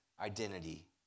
identity